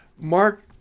Mark